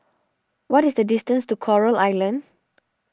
what is the distance to Coral Island